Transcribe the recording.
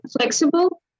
flexible